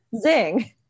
Zing